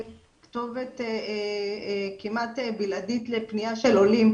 כתובת כמעט בלעדית לפנייה של עולים.